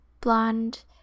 blonde